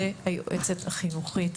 זה היועצת החינוכית,